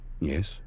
Yes